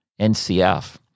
NCF